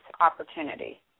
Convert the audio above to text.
opportunity